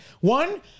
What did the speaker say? One